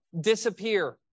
disappear